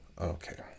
Okay